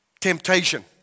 Temptation